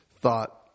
thought